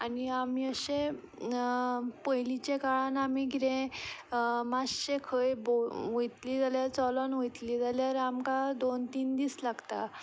आनी आमी अशे पयलींच्या काळान आमी किदें मातशें खंय भोंवयतली जाल्या चलून वयतली जाल्यार आमकां दोन तीन दीस लागता